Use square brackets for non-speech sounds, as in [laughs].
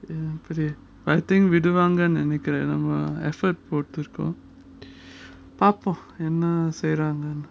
[laughs] I think we do விடுவாங்கனு நினைக்கிறேன் நம்ம:viduvanganu nenaikren namma effort போட்டுருக்கோம் பார்ப்போம் என்ன செய்றாங்கன்னு:potrukom parpom enna seranganu